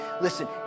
listen